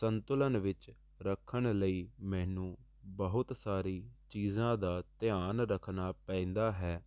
ਸੰਤੁਲਨ ਵਿੱਚ ਰੱਖਣ ਲਈ ਮੈਨੂੰ ਬਹੁਤ ਸਾਰੀ ਚੀਜ਼ਾਂ ਦਾ ਧਿਆਨ ਰੱਖਨਾ ਪੈਂਦਾ ਹੈ